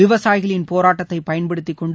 விவசாயிகளின் போராட்டத்தை பயன்படுத்திக் கொண்டு